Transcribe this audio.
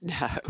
No